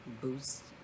boost